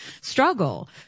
struggle